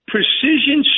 Precision